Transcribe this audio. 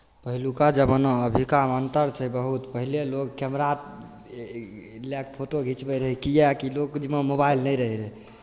पहिलुका जमाना अभिकामे अन्तर छै बहुत पहिले लोक कैमरा लए कऽ फोटो घिचबैत रहै किएकि लोकके जेबमे मोबाइल नहि रहैत रहय